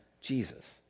Jesus